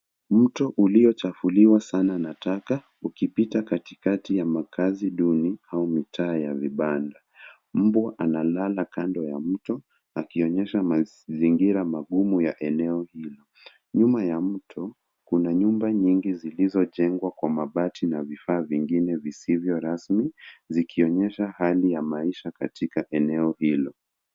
Mto uliochafuliwa sana nataka ukipita katikati ya makazi duni au mitaa ya vibanda. Mbwa analala kando ya mto akionyesha mazingira magumu ya eneo hilo. Nyuma ya mto kuna nyumba nyingi zilizojengwa kwa mabati na vifaa vingine visivyo rasmi zikionyesha hali ya maisha katika eneo hilo.